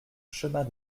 chemin